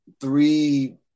three